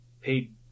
paid